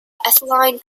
ethylene